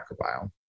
microbiome